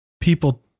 people